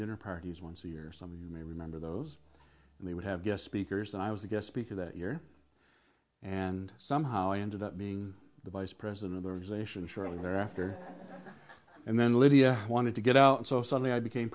dinner parties once a year some of you may remember those and they would have guessed speakers and i was a guest speaker that year and somehow i ended up being the vice president of their position shortly thereafter and then lydia wanted to get out so suddenly i became